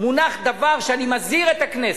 מונח דבר שאני מזהיר את הכנסת.